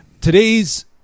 today's